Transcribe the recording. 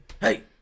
Hey